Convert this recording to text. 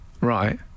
Right